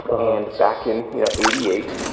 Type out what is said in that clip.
and back in you know eighty eight,